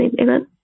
amen